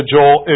Joel